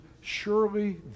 surely